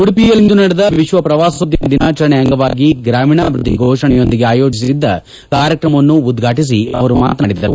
ಉಡುಪಿಯಲ್ಲಿಂದು ನಡೆದ ವಿಶ್ವ ಪ್ರವಾಸೋದ್ಯಮ ದಿನಾಚರಣೆ ಅಂಗವಾಗಿ ಗ್ರಾಮೀಣಾಭಿವೃದ್ದಿ ಘೋಷಣೆಯೊಂದಿಗೆ ಆಯೋಜಿಸಿದ್ದ ಕಾರ್ಯಕ್ರಮವನ್ನು ಉದ್ವಾಟಿಸಿ ಮಾತನಾಡಿದರು